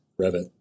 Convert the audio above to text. Revit